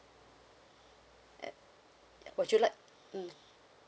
would you like mm